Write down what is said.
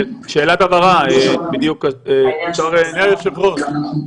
אדוני היושב-ראש,